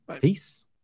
Peace